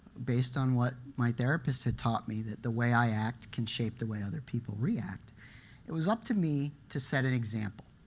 based on what my therapist had taught me, that the way i act can shape the way other people react it was up to me to set an example.